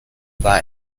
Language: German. war